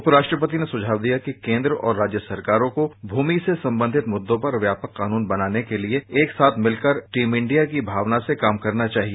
उपराष्ट्रपति ने सुझाव दिया कि केन्द्र और राज्य सरकारों को भूमि से संबंधित मुद्दों पर व्यापक कानून बनाने के लिए एकसाथ मिलकर टीम इंडिया की भावना से काम करना चाहिए